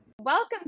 Welcome